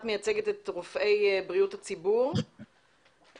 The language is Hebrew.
את מייצגת את רופאי בריאות הציבור ומאירה